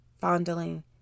fondling